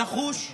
נחוש.